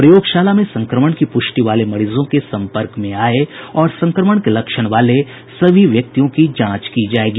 प्रयोगशाला में संक्रमण की प्रष्टि वाले मरीजों के सम्पर्क में आए और संक्रमण के लक्षण वाले सभी व्यक्तियों की भी जांच की जाएगी